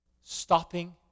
stopping